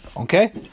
okay